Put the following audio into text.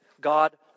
God